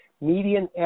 median